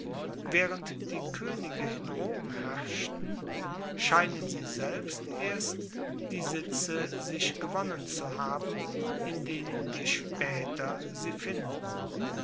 waehrend die koenige in rom herrschten scheinen sie selbst erst die sitze sich gewonnen zu haben in denen wir spaeter sie finden